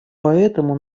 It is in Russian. поэтому